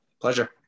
Pleasure